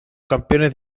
campeones